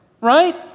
right